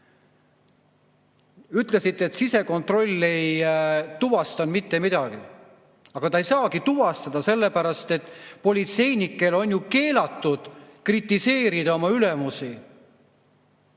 ütlesite, et sisekontroll ei tuvastanud mitte midagi. Aga ta ei saagi tuvastada, sellepärast et politseinikel on ju keelatud oma ülemusi